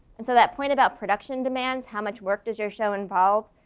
and so that point about production demands, how much work does your show involve?